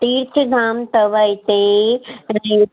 तीर्थ धाम अथव हिते